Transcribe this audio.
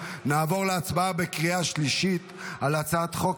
נעבור להצבעה בקריאה שלישית על הצעת חוק